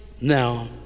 now